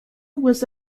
was